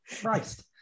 Christ